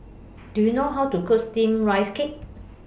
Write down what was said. Do YOU know How to Cook Steamed Rice Cake